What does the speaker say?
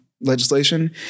legislation